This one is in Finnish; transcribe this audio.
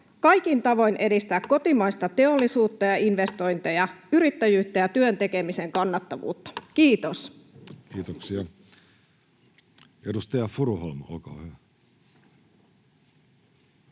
koputtaa] kotimaista teollisuutta ja investointeja, yrittäjyyttä ja työn tekemisen kannattavuutta. — Kiitos. Kiitoksia. — Edustaja Furuholm, olkaa hyvä. Arvoisa